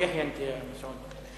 אלה סמכויות הניתנות על-פי חוק.